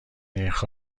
نرخ